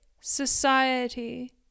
society